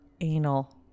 anal